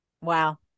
Wow